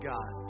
God